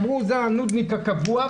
אמרו: זה הנודניק הקבוע,